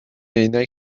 عینک